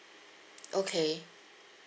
okay